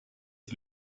est